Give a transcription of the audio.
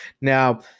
Now